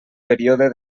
període